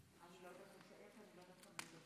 ואני יכול להגיד לכם שאני לא ישן בלילה.